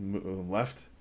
left